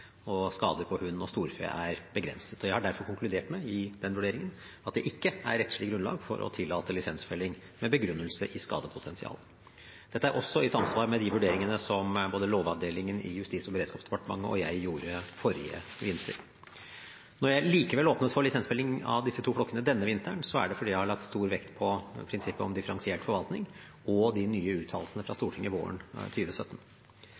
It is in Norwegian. og skadene på hund og storfe er begrensede. Jeg har derfor konkludert med i den vurderingen at det ikke er rettslig grunnlag for å tillate lisensfelling med begrunnelse i skadepotensial. Dette er også i samsvar med de vurderingene som både Lovavdelingen i Justis- og beredskapsdepartementet og jeg gjorde forrige vinter. Når jeg likevel åpnet for lisensfelling av disse to flokkene denne vinteren, er det fordi jeg har lagt stor vekt på prinsippet om differensiert forvaltning og de nye uttalelsene fra